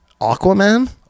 Aquaman